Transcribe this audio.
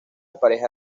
pareja